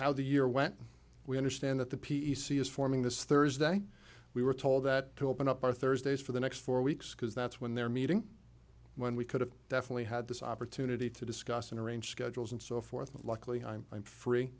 how the year went we understand that the p c is forming this thursday we were told that to open up our thursdays for the next four weeks because that's when they're meeting when we could have definitely had this opportunity to discuss and arrange schedules and so forth and luckily i'm i'm free